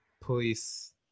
police